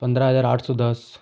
पंद्रह हजार आठ सौ दस